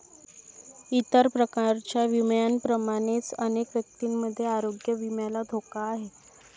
इतर प्रकारच्या विम्यांप्रमाणेच अनेक व्यक्तींमध्ये आरोग्य विम्याला धोका आहे